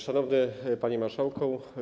Szanowny Panie Marszałku!